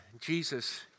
Jesus